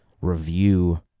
review